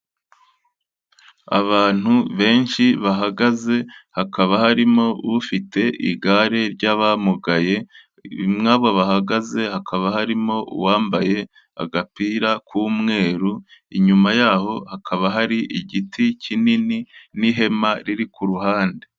Abantu benshi bahagaze hakaba harimo ufite igare ry'abamugaye, mwabo bahagaze hakaba harimo uwambaye agapira k'umweru, inyuma yaho hakaba hari igiti kinini n'ihema riri ku ruhande.